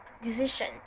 decision